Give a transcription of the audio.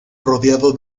rodeado